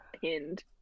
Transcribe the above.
pinned